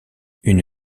une